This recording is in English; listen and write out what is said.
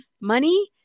money